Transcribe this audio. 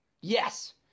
Yes